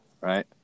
Right